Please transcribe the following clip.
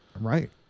Right